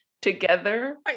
together